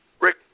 Rick